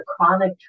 chronic